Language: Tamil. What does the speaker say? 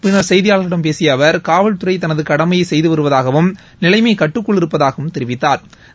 பின்னர் செய்தியாளர்களிடம் பேசிய அவர் காவல்துறை தனது கடமையை செய்து வருவதாகவும் நிலைமை கட்டுக்குள் இருப்பதாகவும் தெரிவித்தாா்